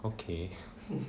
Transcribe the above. okay